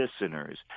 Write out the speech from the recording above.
listeners